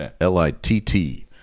L-I-T-T